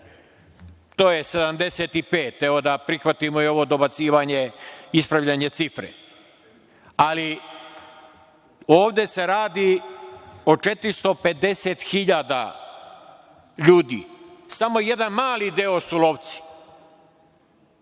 oko 75.000, da prihvatim ovo dobacivanje, ispravljanje cifre, ali ovde se radi o 450.000 ljudi. Samo jedan mali deo su lovci.